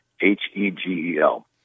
H-E-G-E-L